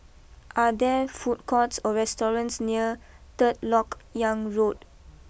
are there food courts or restaurants near third Lok Yang Road